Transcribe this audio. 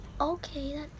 Okay